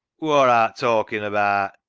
wor art talkin' abaat?